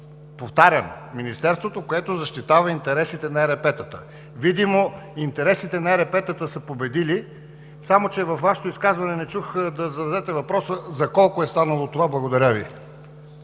Повтарям, министерството, което защитава интересите на ЕРП-тата! Видимо интересите на ЕРП-тата са победили, само че във Вашето изказване не чух да зададете въпроса: за колко е станало това? Благодаря Ви.